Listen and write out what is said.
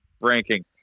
ranking